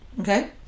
Okay